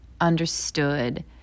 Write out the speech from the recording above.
understood